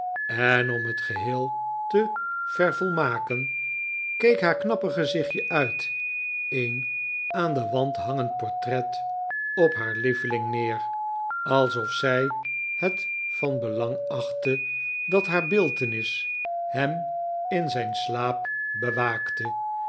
en om het geheel te vervolmaken keek haar knappe gezichtje uit een aan den wand hangend portret op haar lieveling neer alsof zij het van belang achtte dat haar beeltenis hem in zijn slaap bewaakte